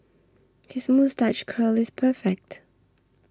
his moustache curl is perfect